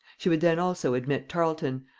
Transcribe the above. she would then also admit tarleton,